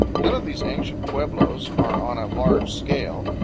none of these ancient pueblos are on a large scale.